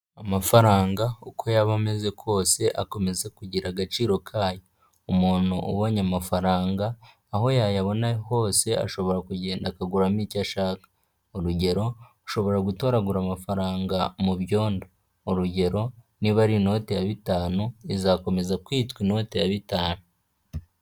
Amafaranga uko yaba ameze kose akomeza kugira agaciro kayo, umuntu ubonye amafaranga aho yayabona hose ashobora kugenda akaguramo icyo ashaka, urugero ushobora gutoragura amafaranga mu byondo, urugero niba ari inoti ya bitanu izakomeza kwitwa inote ya bitanu.